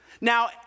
Now